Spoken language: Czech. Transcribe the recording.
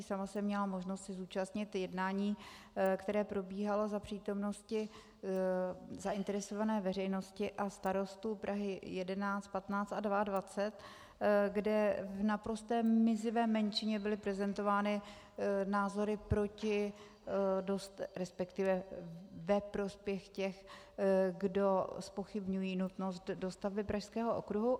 Sama jsem měla možnost se zúčastnit jednání, které probíhalo za přítomnosti zainteresované veřejnosti a starostů Prahy 11, 15 a 22, kde v naprosto mizivé menšině byly prezentovány názory ve prospěch těch, kdo zpochybňují nutnost dostavby Pražského okruhu.